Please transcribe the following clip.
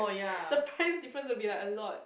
the price difference will be like a lot